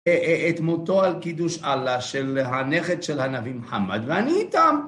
אה את מותו על קידוש אללה של הנכד של הנביא מוחמד ואני איתם.